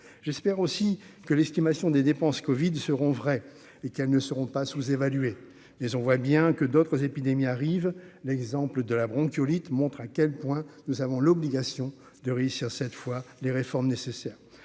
j'espère aussi que l'estimation des dépenses Covid seront vrai et qu'elles ne seront pas sous-évaluer les on voit bien que d'autres épidémies, arrive l'exemple de la bronchiolite montre à quel point nous avons l'obligation de réussir cette fois les réformes nécessaires,